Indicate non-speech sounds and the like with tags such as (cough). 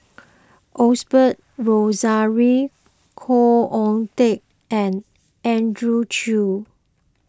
(noise) Osbert Rozario Khoo Oon Teik and Andrew Chew